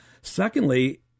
Secondly